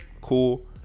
Cool